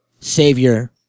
savior